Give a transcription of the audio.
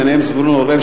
ביניהם זבולון אורלב,